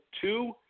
two